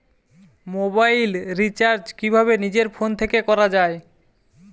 Mobile recharge কিভাবে নিজের phone থেকে করা য়ায়?